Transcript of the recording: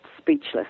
speechless